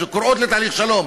שקוראות לתהליך שלום,